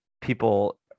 people